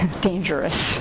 dangerous